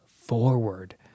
forward